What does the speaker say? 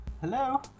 Hello